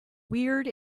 weird